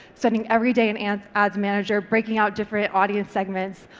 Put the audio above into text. studying everyday and ads ads manager, breaking out different audience segments,